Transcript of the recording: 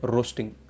Roasting